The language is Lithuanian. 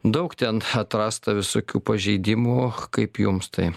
daug ten atrasta visokių pažeidimų kaip jums tai